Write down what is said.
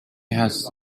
has